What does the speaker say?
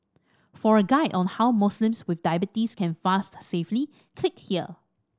for a guide on how Muslims with diabetes can fast safely click here